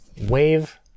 wave